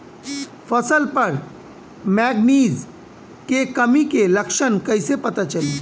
फसल पर मैगनीज के कमी के लक्षण कइसे पता चली?